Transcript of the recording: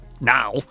now